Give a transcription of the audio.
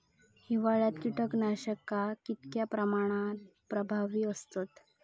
हिवाळ्यात कीटकनाशका कीतक्या प्रमाणात प्रभावी असतत?